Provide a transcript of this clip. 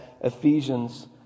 Ephesians